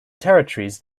territories